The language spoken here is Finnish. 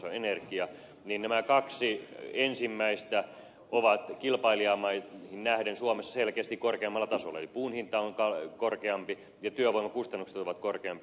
tosiasiahan on se että nämä kaksi ensimmäistä ovat kilpailijamaihin nähden suomessa selkeästi korkeammalla tasolla eli puun hinta on korkeampi ja työvoimakustannukset ovat korkeampia